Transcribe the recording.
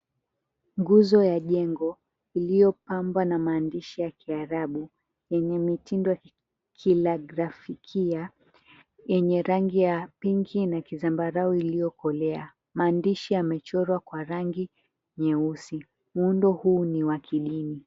Nguzo ya jengo iliyo pambwa na maandishi ya kiarabu yenye mitindo kilagrafikia yenye rangi ya pinki na kizambarau iliyokolea. Maandishi yamechorwa kwa rangi nyeusi. Muundo huu ni wa kidini.